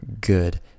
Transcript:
good